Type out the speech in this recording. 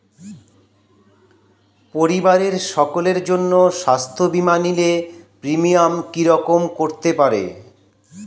পরিবারের সকলের জন্য স্বাস্থ্য বীমা নিলে প্রিমিয়াম কি রকম করতে পারে?